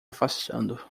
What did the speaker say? afastando